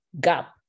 gap